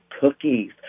cookies